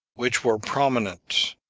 which were prominent.